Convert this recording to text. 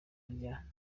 rya